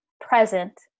present